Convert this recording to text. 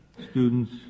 students